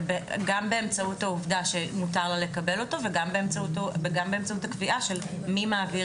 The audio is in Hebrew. גם באמצעות העובדה שמותר לה לקבל אותו וגם באמצעות הקביעה של מי מעביר